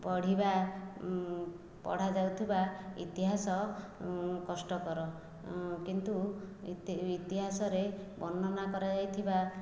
ପଡ଼ିବାପଢ଼ା ଯାଉଥିବା ଇତିହାସ କଷ୍ଟକର କିନ୍ତୁ ଇତିହାସରେ ବର୍ଣ୍ଣନା କରାଯାଇଥିବା